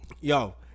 Yo